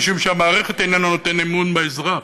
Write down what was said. משום שהמערכת איננה נותנת אמון באזרח.